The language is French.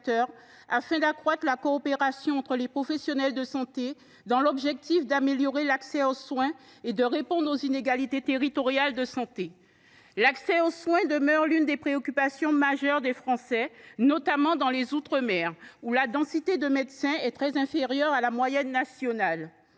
afin d’accroître la coopération entre les professionnels de santé dans l’objectif d’améliorer l’accès aux soins et de répondre aux inégalités territoriales de santé. L’accès aux soins demeure l’une des préoccupations majeures des Français, notamment dans les outre mer, où la densité de médecins est très inférieure à la moyenne nationale.